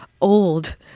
old